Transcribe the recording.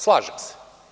Slažem se.